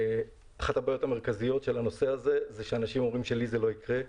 אחת הבעיות המרכזיות היא שאנשים אומרים: לי זה לא יקרה.